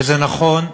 וזה נכון,